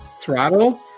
throttle